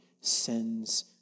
sends